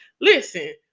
Listen